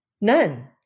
None